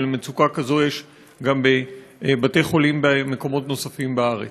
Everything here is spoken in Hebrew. אבל מצוקה כזאת יש גם בבתי-חולים במקומות נוספים בארץ.